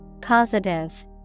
Causative